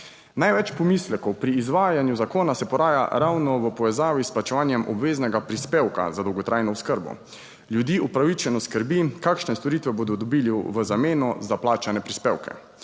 Največ pomislekov pri izvajanju zakona se poraja ravno v povezavi s plačevanjem obveznega prispevka za dolgotrajno oskrbo. Ljudi upravičeno skrbi, kakšne storitve bodo dobili v zameno za plačane prispevke.